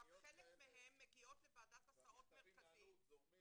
חלק מהם מגיעים לוועדת הסעות מרכזית